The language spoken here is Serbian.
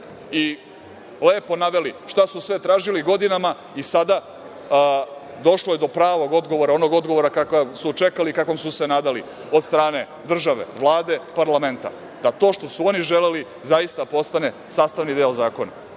i lepo naveli šta su sve tražili godinama i sada je došlo do pravog odgovora, onog odgovora kakav su čekali, kakvom su se nadali od strane države, Vlade, parlamenta, da to što su oni želeli zaista postane sastavni deo zakona. Što